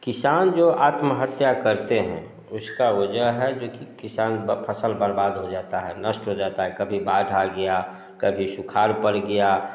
किसान जो आत्महत्या करते हैं उसकी वजह है जो कि किसान की फ़सल बर्बाद हो जाती है नष्ट हो जाती है कभी बाढ़ आ गई कभी सूखा पड़ गया